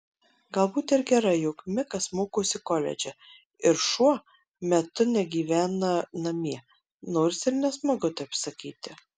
galbūt ir gerai jog mikas mokosi koledže ir šuo metu negyvena namie nors ir nesmagu taip sakyti